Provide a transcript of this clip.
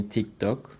TikTok